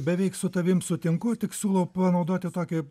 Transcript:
beveik su tavim sutinku tik siūlau panaudoti tokį